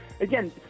again